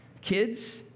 Kids